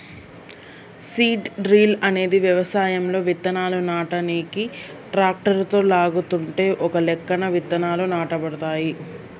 seed drill అనేది వ్యవసాయంలో విత్తనాలు నాటనీకి ట్రాక్టరుతో లాగుతుంటే ఒకలెక్కన విత్తనాలు నాటబడతాయి